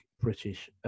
British